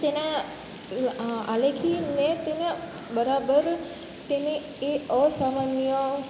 તેના આલેખીને તેને બરાબર તેની એ અસામાન્ય